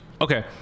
Okay